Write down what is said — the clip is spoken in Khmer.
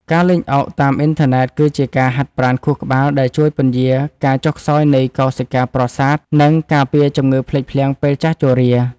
ការលេងអុកតាមអ៊ីនធឺណិតគឺជាការហាត់ប្រាណខួរក្បាលដែលជួយពន្យារការចុះខ្សោយនៃកោសិកាប្រសាទនិងការពារជំងឺភ្លេចភ្លាំងពេលចាស់ជរា។